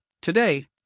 today